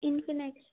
Infinix